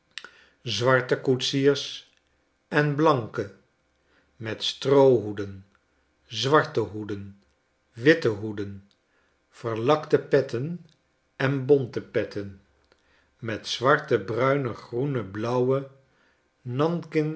zwarte koetsiers en blanke met stroohoeden zwarte hoeden vitte hoeden verlakte petten en bonte petten met zwarte bruine groene blauwe